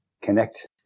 connect